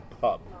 pub